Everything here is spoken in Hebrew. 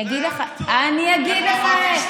אני אגיד לך, אני אגיד לך איך.